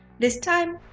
this time,